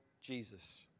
Jesus